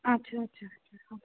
আচ্ছা আচ্ছা আচ্ছা হ্যাঁ